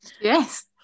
Yes